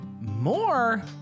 more